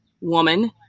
woman